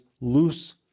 loose